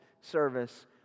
service